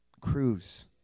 cruise